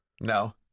no